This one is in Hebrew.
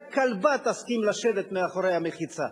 רק כלבה תסכים לשבת מאחורי המחיצה.